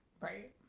Right